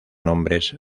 nombres